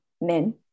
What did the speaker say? Men